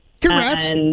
Congrats